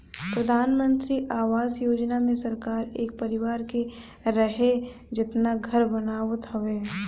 प्रधानमंत्री आवास योजना मे सरकार एक परिवार के रहे जेतना घर बनावत हवे